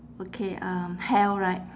okay um health right